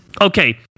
Okay